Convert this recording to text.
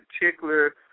particular